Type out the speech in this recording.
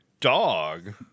dog